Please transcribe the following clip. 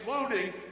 including